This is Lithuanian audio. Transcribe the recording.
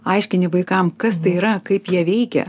aiškini vaikam kas tai yra kaip jie veikia